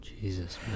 Jesus